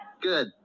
Good